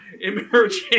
emerging